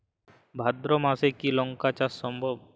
ভাদ্র মাসে কি লঙ্কা চাষ সম্ভব?